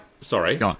sorry